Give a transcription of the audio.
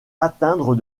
atteindre